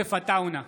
יוסף עטאונה,